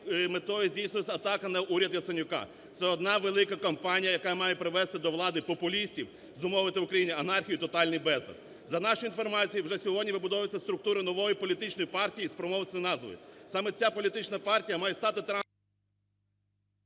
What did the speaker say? метою здійснюється атака на уряд Яценюка, це одна велика кампанія, яка має привести до влади популістів, зумовити в Україні анархію, тотальний безлад. За нашою інформацією вже сьогодні вибудовується структура нової політичної партії з промовистою назвою. Саме ця політична партія має стати…